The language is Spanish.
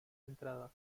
entrada